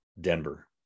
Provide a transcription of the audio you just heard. Denver